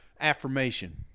affirmation